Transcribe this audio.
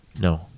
No